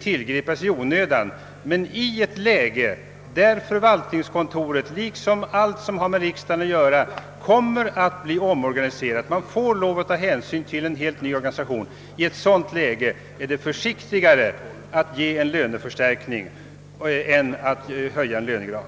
tillgripas i onödan, men i ett läge där förvaltningskontoret liksom alla andra delar av riksdagens verksamhet kommer att omorganiseras är det försiktigare att ge en avlöningsförstärkning än att höja en lönegrad.